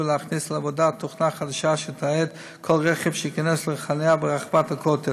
להכניס לעבודה תוכנה חדשה שתתעד כל רכב שייכנס לחניה ברחבת הכותל.